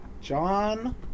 John